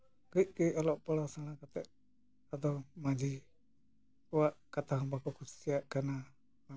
ᱠᱟᱹᱡᱼᱠᱟᱹᱡ ᱚᱞᱚᱜ ᱯᱟᱲᱦᱟᱜ ᱥᱮᱬᱟ ᱠᱟᱛᱮᱫ ᱟᱫᱚ ᱢᱟᱹᱡᱷᱤ ᱠᱚᱣᱟᱜ ᱠᱟᱛᱷᱟ ᱦᱚᱸ ᱵᱟᱠᱚ ᱠᱩᱥᱤᱭᱟᱜ ᱠᱟᱱᱟ